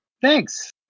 thanks